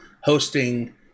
hosting